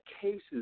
cases